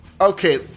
Okay